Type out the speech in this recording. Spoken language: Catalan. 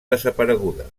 desapareguda